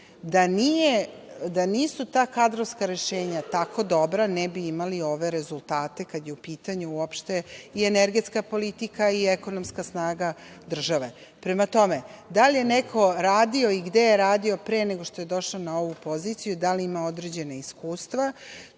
da nisu ta kadrovska rešenja tako dobra ne bi imali ove rezultate, kada je u pitanju uopšte i energetska politika i ekonomska snaga države. Prema tome, da li je neko radio i gde je radio pre nego što je došao na ovu poziciju, da li ima određena iskustva,